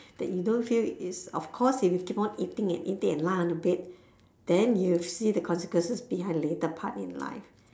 that you don't feel is of course if you keep on eating and eating and lie on the bed then you'll feel the consequences behind later part in life